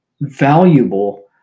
valuable